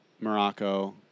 Morocco